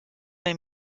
bei